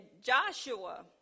Joshua